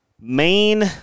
main